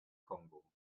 kongo